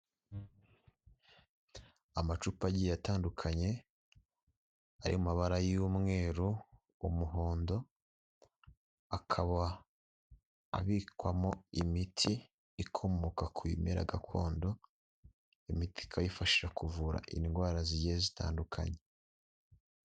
Amacupa agiye atandukanye ari mu mabara y'umweru, umuhondo, akaba abikwamo imiti ikomoka ku bimera gakondo, imiti ikaba yifashisha kuvura indwara zigiye zitandukanye.